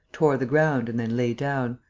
tore the ground and then lay down,